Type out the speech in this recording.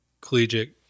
collegiate